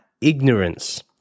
ignorance